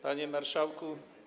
Panie Marszałku!